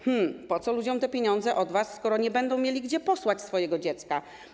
Hm. Po co ludziom te pieniądze od was, skoro nie będą mieli gdzie posłać swojego dziecka?